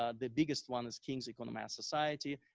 ah the biggest one is king's econ math society.